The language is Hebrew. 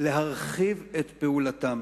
להרחיב את פעולתן.